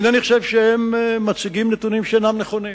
אני אינני חושב שהם מציגים נתונים שאינם נכונים.